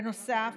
בנוסף,